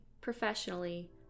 professionally